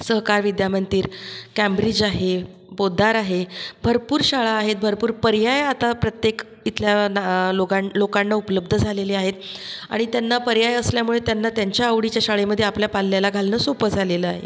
सहकार विद्या मंदिर कॅम्ब्रिज आहे पोद्दार आहे भरपूर शाळा आहेत भरपूर पर्याय आता प्रत्येक इथल्या ना लोकाण् लोकांना उपलब्ध झालेले आहेत आणि त्यांना पर्याय असल्यामुळे त्यांना त्यांच्या आवडीच्या शाळेमध्ये आपल्या पाल्याला घालणं सोपं झालेलं आहे